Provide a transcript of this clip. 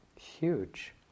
huge